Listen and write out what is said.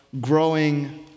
growing